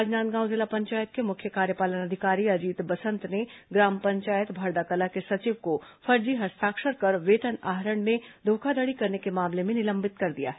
राजनांदगांव जिला पंचायत के मुख्य कार्यपालन अधिकारी अजीत बसंत ने ग्राम पंचायत भरदाकला के सचिव को फर्जी हस्ताक्षर कर वेतन आहरण में धोखाधड़ी करने के मामले में निलंबित कर दिया है